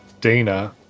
dana